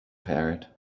ferret